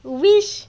wish